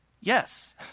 yes